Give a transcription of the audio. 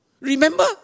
Remember